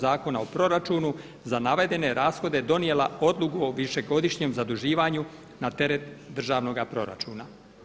Zakona o proračunu za navedene rashode donijela odluku o višegodišnjem zaduživanju na teret državnoga proračuna.